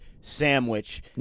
sandwich